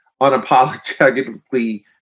unapologetically